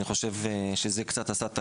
זה עשה קצת שינוי.